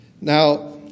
Now